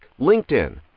LinkedIn